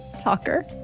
talker